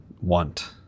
want